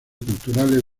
culturales